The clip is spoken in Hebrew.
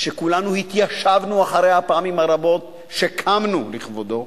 כשכולנו התיישבנו אחרי הפעמים הרבות שקמנו לכבודו,